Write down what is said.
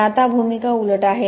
पण आता भूमिका उलट आहेत